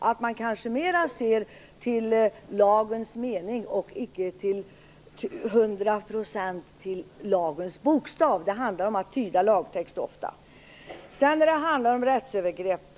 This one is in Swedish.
Man bör kanske mer se till lagens mening och icke till hundra procent till lagens bokstav. Det handlar ju ofta om att tyda lagtext. Det har talats om rättsövergrepp.